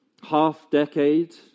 half-decade